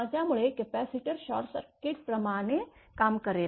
त्यामुळे कपॅसिटर शॉर्टसर्किटप्रमाणे काम करेल